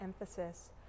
emphasis